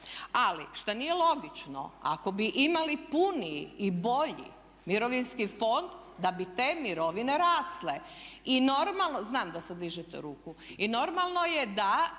Ali što nije logično ako bi imali puniji i bolji mirovinski fond da bi te mirovine rasle. I normalno je da ne mogu rasti dokle god je ovako